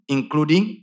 Including